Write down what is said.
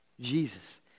Jesus